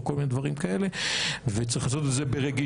או כל מיני דברים כאלה וצריך לעשות את זה ברגישות,